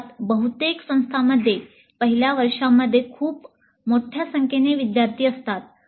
अर्थात बहुतेक संस्थांमध्ये पहिल्या वर्षामध्ये खूप मोठ्या संख्येने विद्यार्थी असतात